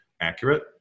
accurate